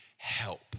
help